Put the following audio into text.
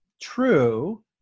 True